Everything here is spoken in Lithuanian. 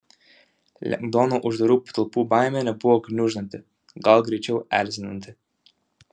lengdono uždarų patalpų baimė nebuvo gniuždanti gal greičiau erzinanti